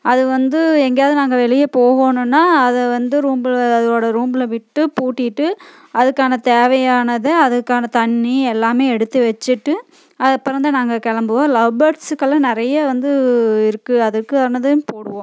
அது வந்து எங்கேயாவது நாங்கள் வெளியே போகோணும்னா அதை வந்து ரூமில் அதோடய ரூமில் விட்டு பூட்டிவிட்டு அதுக்கான தேவையானதை அதுக்கான தண்ணி எல்லாமே எடுத்து வச்சுட்டு அதுக்கப்புறம் தான் நாங்கள் கிளம்புவோம் லவ் பேர்ட்ஸுக்கெல்லாம் நிறைய வந்து இருக்குது அதுக்கானதும் போடுவோம்